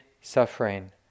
suffering